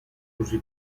così